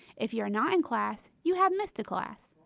if you are not in class, you have missed a class.